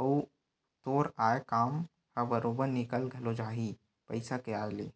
अउ तोर आय काम ह बरोबर निकल घलो जाही पइसा के आय ले